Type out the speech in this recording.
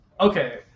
Okay